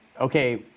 okay